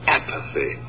Apathy